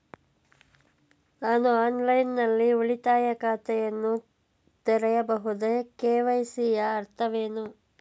ನಾನು ಆನ್ಲೈನ್ ನಲ್ಲಿ ಉಳಿತಾಯ ಖಾತೆಯನ್ನು ತೆರೆಯಬಹುದೇ? ಕೆ.ವೈ.ಸಿ ಯ ಅರ್ಥವೇನು?